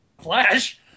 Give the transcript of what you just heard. Flash